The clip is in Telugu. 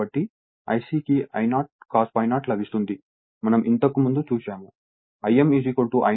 కాబట్టి Ic కి I0 cos∅0 లభిస్తుంది మనం ఇంతకు ముందు చూశాము